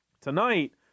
tonight